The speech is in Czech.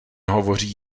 hovoří